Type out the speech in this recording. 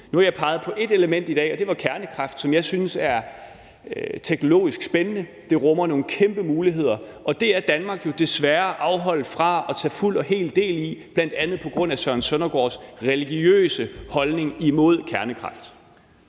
Nu har jeg peget på ét element i dag, og det var kernekraft, som jeg synes er teknologisk spændende. Det rummer nogle kæmpe muligheder, og der er Danmark jo desværre afholdt fra at tage fuld og hel del, bl.a. på grund af hr. Søren Søndergaards religiøse holdning imod kernekraft.